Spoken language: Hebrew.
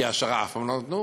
כי העשרה אף פעם לא נתנו,